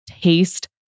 taste